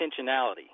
intentionality